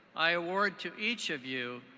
i award to each of you,